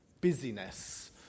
Busyness